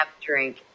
drink